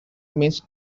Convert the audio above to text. means